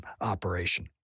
operation